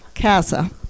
CASA